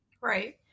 Right